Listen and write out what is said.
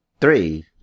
Three